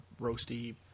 roasty